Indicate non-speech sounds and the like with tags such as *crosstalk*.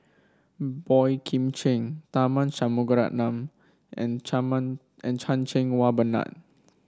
Boey Kim Cheng Tharman Shanmugaratnam and Chan *unintelligible* and Chan Cheng Wah Bernard